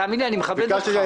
תאמין לי, אני מכבד אותך.